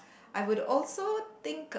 I would also think